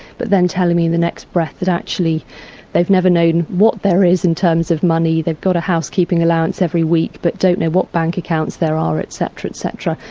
but then telling me in the next breath that actually they've never known what there is in terms of money, they've got a housekeeping allowance every week, but don't know what bank accounts there are, et cetera, et cetera.